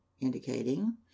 indicating